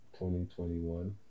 2021